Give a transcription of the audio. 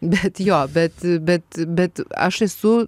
bet jo bet bet bet aš esu